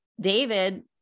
David